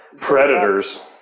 predators